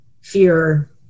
fear